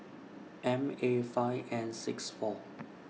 M A five N six four